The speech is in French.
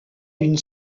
d’une